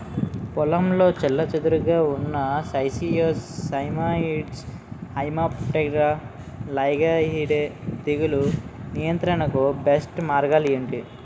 పొలంలో చెల్లాచెదురుగా ఉన్న నైసియస్ సైమోయిడ్స్ హెమిప్టెరా లైగేయిడే తెగులు నియంత్రణకు బెస్ట్ మార్గాలు ఏమిటి?